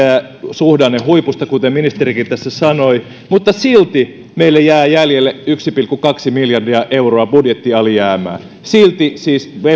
suhdannehuipusta kuten ministerikin tässä sanoi mutta silti meille jää jäljelle yksi pilkku kaksi miljardia euroa budjettialijäämää silti siis